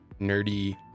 nerdy